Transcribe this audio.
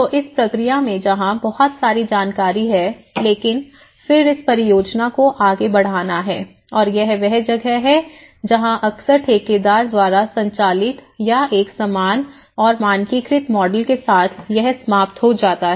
तो इस प्रक्रिया में जहां बहुत सारी जानकारी है लेकिन फिर इस परियोजना को आगे बढ़ाना है और यह वह जगह है जहाँ अक्सर ठेकेदार द्वारा संचालित या एक समान और मानकीकृत मॉडल के साथ यह समाप्त हो जाता है